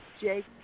Jake